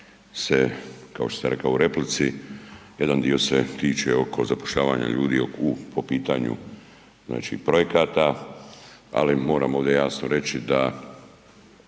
kao što sam rekao u replici, jedan dio se tiče oko zapošljavanja ljudi po pitanju projekata, ali moram ovdje jasno reći da